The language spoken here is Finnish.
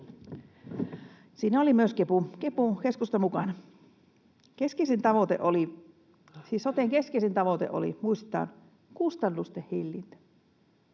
Siinä oli myöskin keskusta mukana. Soten keskeisin tavoite oli — muistetaan — kustannusten hillintä.